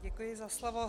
Děkuji za slovo.